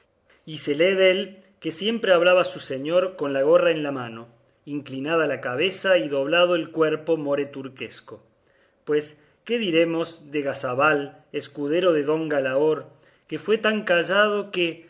y se lee dél que siempre hablaba a su señor con la gorra en la mano inclinada la cabeza y doblado el cuerpo more turquesco pues qué diremos de gasabal escudero de don galaor que fue tan callado que